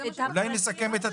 אולי נסכם את הפרטים.